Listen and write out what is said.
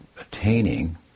attaining